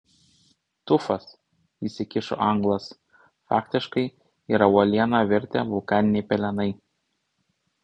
tufas įsikišo anglas faktiškai yra uoliena virtę vulkaniniai pelenai